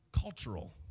cultural